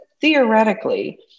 theoretically